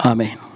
Amen